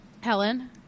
Helen